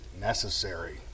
necessary